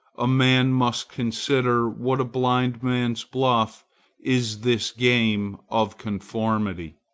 a man must consider what a blindman's-buff is this game of conformity.